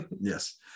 yes